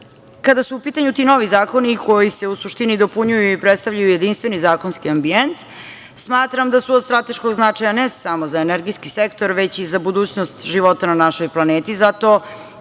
su u pitanju ti novi zakone, koji se u suštini dopunjuju i predstavljaju jedinstveni zakonski ambijent, smatram da su od strateškog značaja, ne samo za energetski sektor, već i za budućnost života na našoj planeti.